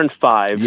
five